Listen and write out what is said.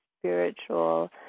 spiritual